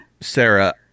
Sarah